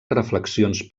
reflexions